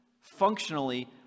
functionally